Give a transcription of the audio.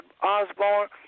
Osborne